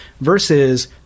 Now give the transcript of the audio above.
versus